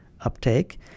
uptake